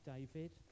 David